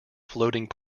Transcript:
floating